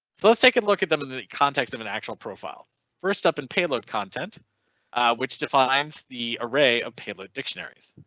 let's take a look at them in the context of an actual profile first up in payload content which defines the array of payload dictionaries.